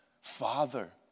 Father